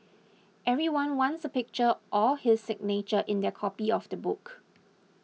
everyone wants a picture or his signature in their copy of the book